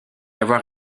avoir